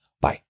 Bye